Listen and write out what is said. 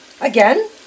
again